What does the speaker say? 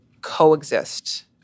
coexist